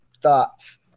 Thoughts